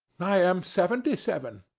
i am seventy seven.